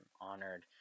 honored